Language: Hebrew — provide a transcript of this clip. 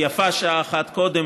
כי יפה שעה אחת קודם.